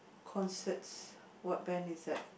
concerts what band is that